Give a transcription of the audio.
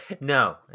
no